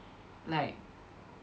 like